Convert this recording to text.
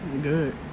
Good